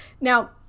Now